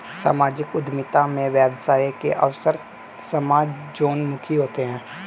सामाजिक उद्यमिता में व्यवसाय के अवसर समाजोन्मुखी होते हैं